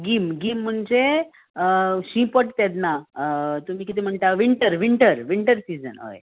गीम गीम म्हणजे शी पट तेद ना तुमी किदें म्हणटा विंटर विंटर विंटर सिजन हय